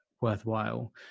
worthwhile